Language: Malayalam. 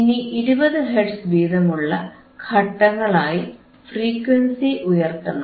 ഇനി 20 ഹെർട്സ് വീതമുള്ള ഘട്ടങ്ങളായി ഫ്രീക്വൻസി ഉയർത്തണം